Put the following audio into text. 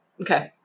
Okay